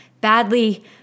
badly